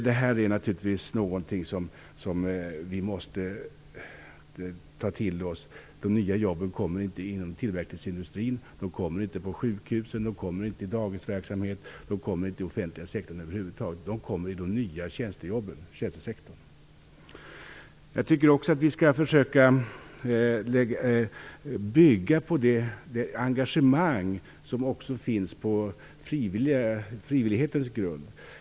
Detta är naturligtvis något som vi måste ta till oss. De nya jobben kommer inte inom tillverkningsindustrin, inte på sjukhusen, i dagisverksamheten eller i den offentliga sektorn över huvud taget, utan de kommer i den nya tjänstesektorn. Jag tycker också att vi skall försöka bygga vidare på det engagemang som också finns på frivillighetens grund.